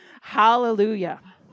Hallelujah